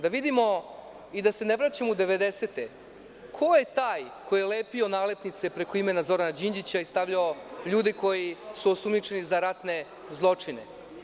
Da vidimo i da se ne vraćamo u devedesete, ko je taj ko je lepio nalepnice preko imena Zorana Đinđića i stavljao ljude koji su osumnjičeni za ratne zločine?